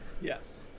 Yes